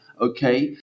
Okay